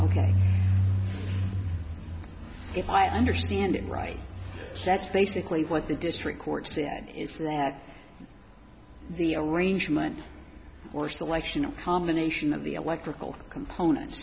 or if i understand it right that's basically what the district court said is that the arrangement or selection of combination of the electrical component